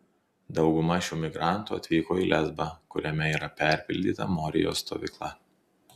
dauguma šių migrantų atvyko į lesbą kuriame yra perpildyta morijos stovykla